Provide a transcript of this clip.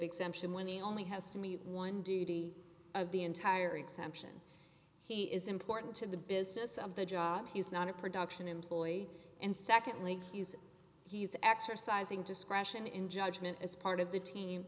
exemption when he only has to meet one duty of the entire exemption he is important to the business of the job he's not a production employee and secondly he's he's exercising discretion in judgement as part of the team